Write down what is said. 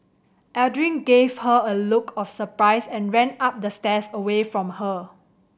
Aldrin gave her a look of surprise and ran up the stairs away from her